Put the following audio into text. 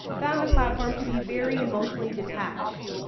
found the platform to be very emotionally detached.